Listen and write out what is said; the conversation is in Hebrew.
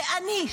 ואני,